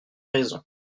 raisons